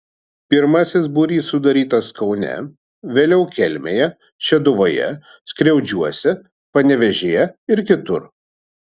pirmasis būrys sudarytas kaune vėliau kelmėje šeduvoje skriaudžiuose panevėžyje ir kitur